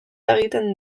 egiten